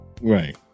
Right